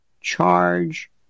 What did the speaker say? charge